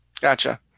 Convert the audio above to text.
Gotcha